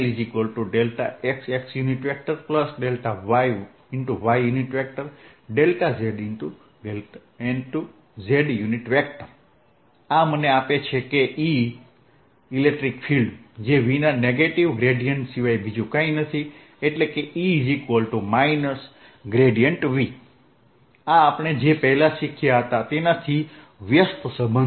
l x∂xy∂yz∂zlxxyyzz આ મને આપે છે કે E ઇલેક્ટ્રિક ફીલ્ડ જે V ના નેગેટીવ ગ્રેડીયેન્ટ સિવાય બીજું કંઈ નથી E V આ આપણે જે પહેલાં શીખ્યા હતા તેનાથી વ્યસ્ત સંબંધ છે